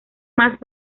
más